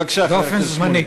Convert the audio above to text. בבקשה, חבר הכנסת שמולי.